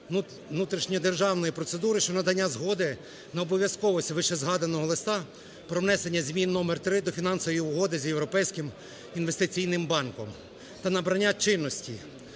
внутрішньодержавної процедури щодо надання згоди на обов'язковість вищезгаданого Листа про внесення змін № 3 до Фінансової угоди з Європейським інвестиційним банком та набрання чинності.